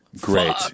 Great